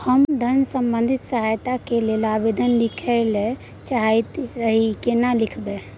हम धन संबंधी सहायता के लैल आवेदन लिखय ल चाहैत रही केना लिखब?